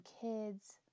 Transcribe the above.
kids